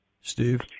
Steve